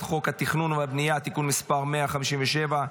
חוק התכנון והבנייה (תיקון מס' 157),